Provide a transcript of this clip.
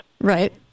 right